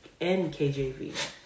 nkjv